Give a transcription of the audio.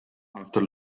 after